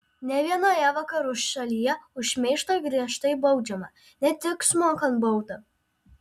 ne vienoje vakarų šalyje už šmeižtą griežtai baudžiama ne tik sumokant baudą